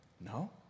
No